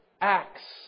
acts